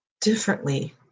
differently